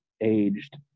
aged